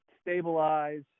stabilize